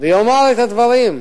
ויאמר את הדברים,